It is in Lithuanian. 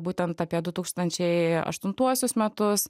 būtent apie du tūkstančiai aštuntuosius metus